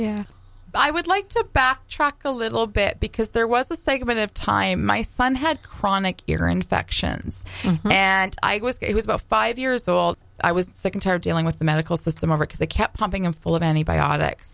doctor i would like to back track a little bit because there was a segment of time my son had chronic ear infections and i was about five years old i was sick and tired dealing with the medical system over cause they kept pumping him full of antibiotics